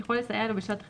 יכול לסייע לו בשעת חירום,